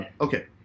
Okay